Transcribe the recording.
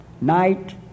Night